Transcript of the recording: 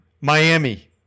Miami